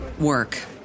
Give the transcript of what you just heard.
work